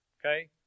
okay